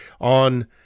on